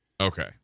okay